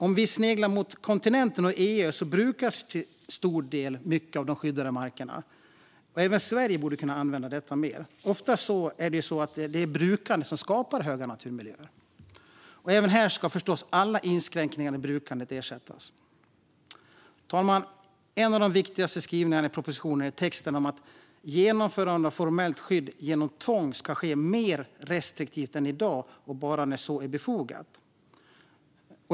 Om vi sneglar mot kontinenten och EU kan vi se att de skyddade markerna i dessa länder till stor del brukas. Även i Sverige borde vi kunna göra mer på det sättet. Ofta är det också brukandet som skapar skyddsvärda naturmiljöer. Även här ska förstås alla inskränkningar i brukandet ersättas. Fru talman! En av de viktigare skrivningarna i propositionen är texten om att genomförandet av formellt skydd genom tvång ska ske mer restriktivt än i dag och bara när så är befogat.